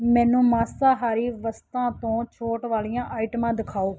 ਮੈਨੂੰ ਮਾਸਾਹਾਰੀ ਵਸਤਾਂ ਤੋਂ ਛੋਟ ਵਾਲੀਆਂ ਆਈਟਮਾਂ ਦਿਖਾਓ